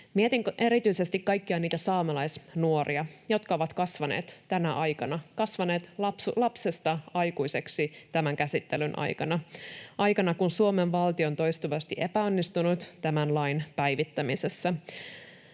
Mietin erityisesti kaikkia niitä saamelaisnuoria, jotka ovat kasvaneet tänä aikana — kasvaneet lapsesta aikuiseksi tämän käsittelyn aikana. Aikana, jolloin Suomen valtio on toistuvasti epäonnistunut tämän lain päivittämisessä.